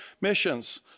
missions